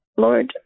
Lord